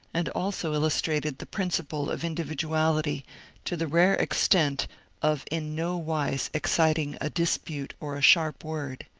and also illustrated the principle of in dividuality to the rare extent of in no wise exciting a dispute or a sharp word.